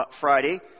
Friday